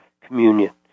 communion